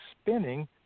spinning